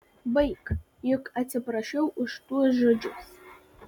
baik juk atsiprašiau už tuos žodžius